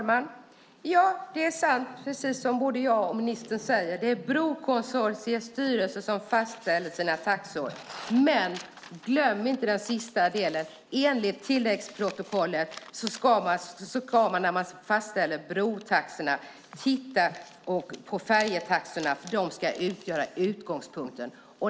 Herr talman! Det är sant, precis som jag och ministern säger, att det är brokonsortiets styrelse som fastställer sina taxor. Man får dock inte glömma den sista delen. Enligt tilläggsprotokollet ska man när man fastställer brotaxorna titta på färjetaxorna, för de ska utgöra utgångspunkten.